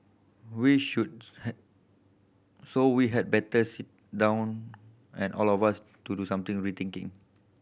we should had so we had better sit down and all of us to do something rethinking